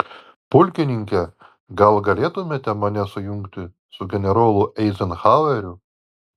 pulkininke gal galėtumėte mane sujungti su generolu eizenhaueriu